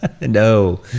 No